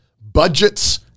budgets